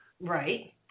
Right